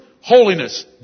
holiness